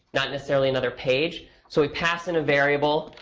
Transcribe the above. not necessarily another page. so we pass in a variable.